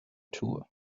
tour